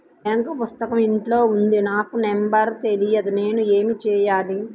Bank పుస్తకం ఇంట్లో ఉంది నాకు నంబర్ తెలియదు నేను ఏమి చెయ్యాలి?